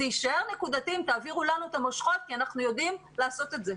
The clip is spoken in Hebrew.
זה יישאר נקודתי אם תעבירו לנו את המושכות כי אנחנו יודעים לעשות את זה.